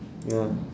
what